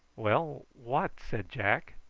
well, what? said jack.